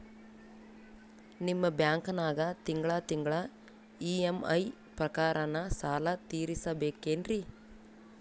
ನಿಮ್ಮ ಬ್ಯಾಂಕನಾಗ ತಿಂಗಳ ತಿಂಗಳ ಇ.ಎಂ.ಐ ಪ್ರಕಾರನ ಸಾಲ ತೀರಿಸಬೇಕೆನ್ರೀ?